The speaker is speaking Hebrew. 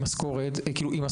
חריג.